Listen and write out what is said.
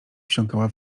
wsiąkała